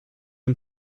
him